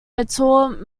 ettore